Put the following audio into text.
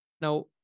Now